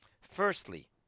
firstly